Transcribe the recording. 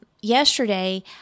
yesterday